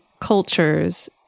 cultures